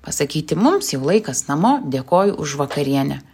pasakyti mums jau laikas namo dėkoju už vakarienę